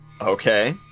Okay